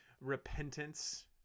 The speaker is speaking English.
repentance